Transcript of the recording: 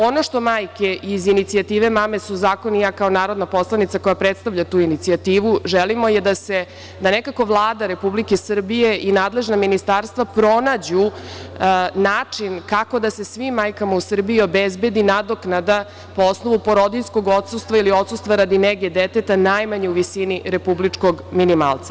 Ono što majke iz inicijative „Mame su zakon“ i ja kao narodna poslanica koja predstavlja tu inicijativu želimo je da nekako Vlada Republike Srbije i nadležna ministarstva pronađu način kako da se svim majkama u Srbiji obezbedi nadoknada po osnovu porodiljskog odsustva ili odsustva radi neke deteta, najmanje u visini republičkog minimalca.